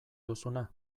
duzuna